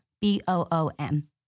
B-O-O-M